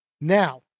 Now